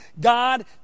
God